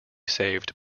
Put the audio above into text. saved